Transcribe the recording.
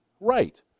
right